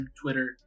Twitter